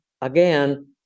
again